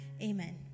amen